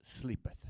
sleepeth